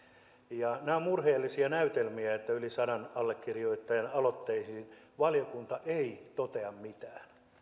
mitään nämä ovat murheellisia näytelmiä että yli sadan allekirjoittajan aloitteisiin valiokunta ei totea mitään